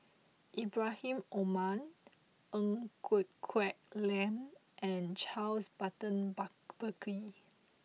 Ibrahim Omar Ng Quee Lam and Charles Burton Buckley